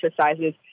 exercises